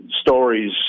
stories